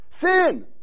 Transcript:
Sin